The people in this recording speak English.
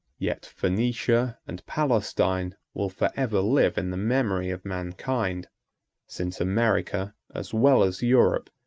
yet phoenicia and palestine will forever live in the memory of mankind since america, as well as europe,